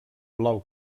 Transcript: blau